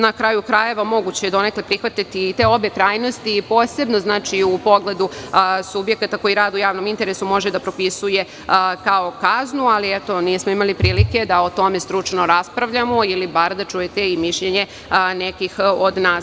Na kraju krajeva, moguće je donekle prihvatiti i te obe krajnosti, posebno u pogledu subjekata koji rade u javnom interesu može da propisuje kao kaznu, ali nismo imali prilike da o tome stručno raspravljamo, ili bar da čujete i mišljenje nekih od nas.